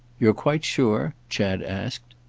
you're quite sure? chad asked.